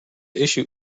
issue